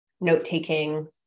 note-taking